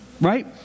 Right